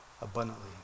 abundantly